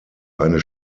eine